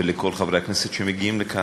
ולכל חברי הכנסת שמגיעים לכאן.